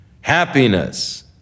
happiness